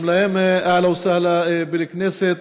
גם להם: אהלן וסהלן בל-כנסת.